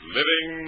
living